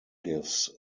gives